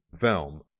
film